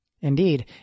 Indeed